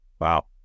wow